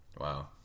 Wow